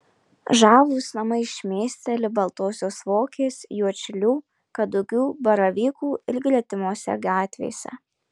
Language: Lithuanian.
žavūs namai šmėsteli baltosios vokės juodšilių kadugių baravykų ir gretimose gatvėse